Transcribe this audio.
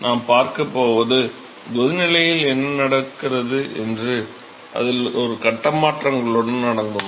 நாம் பார்க்கப் போவது கொதிநிலையில் என்ன நடக்கிறது என்றும் அதில் ஒரு கட்ட மாற்றங்களும் அடங்கும்